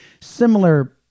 similar